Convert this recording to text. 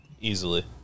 easily